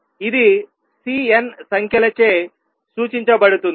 ఇది C n సంఖ్యలచే సూచించబడుతుంది